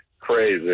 crazy